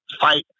fight